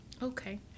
Okay